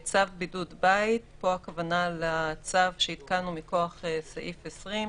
"צו בידוד בית" פה הכוונה לצו שהתקנו מכוח סעיף 20,